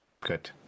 Good